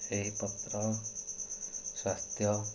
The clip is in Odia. ସେହି ପତ୍ର ସ୍ୱାସ୍ଥ୍ୟ